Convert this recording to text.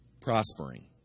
prospering